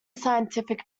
scientific